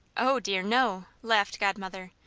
oh, dear, no! laughed godmother,